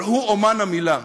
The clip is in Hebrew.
אבל הוא אמן המילה.